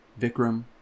Vikram